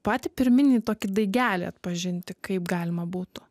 patį pirminį tokį daigelį atpažinti kaip galima būtų